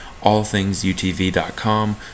allthingsutv.com